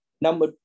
Number